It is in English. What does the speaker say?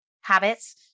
habits